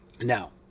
Now